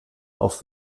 auf